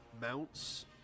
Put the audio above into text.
mounts